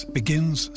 begins